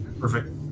Perfect